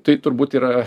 tai turbūt yra